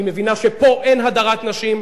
היא מבינה שפה אין הדרת נשים.